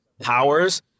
powers